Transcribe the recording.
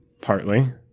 Partly